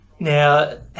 Now